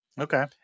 Okay